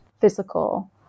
physical